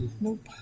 Nope